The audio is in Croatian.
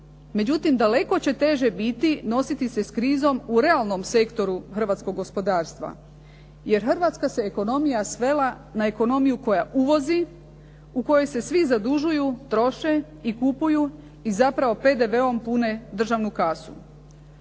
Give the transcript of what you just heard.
Međutim, daleko će teže biti nositi se sa krizom u realnom sektoru hrvatskog gospodarstva jer hrvatska se ekonomija svela na ekonomiju koja uvozi, u kojoj se svi zadužuju, troše i kupuju i zapravo PDV-om pune državnu kasu.